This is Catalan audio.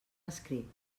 escrit